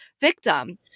victim